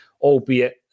albeit